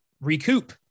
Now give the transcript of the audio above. recoup